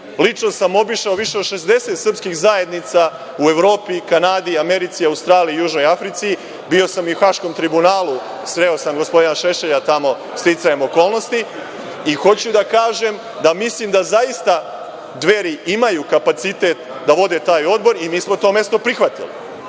Lično sam obišao više od 60 srpskih zajednica u Evropi, Kanadi, Americi, Australiji i Južnoj Africi. Bio sam i u Haškom tribunalu, sreo sam gospodina Šešelja tamo sticajem okolnosti. Hoću da kažem da mislim da zaista Dveri imaju kapacitet da vode taj odbor. Mi smo to mesto prihvatili.